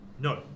No